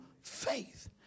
faith